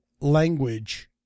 language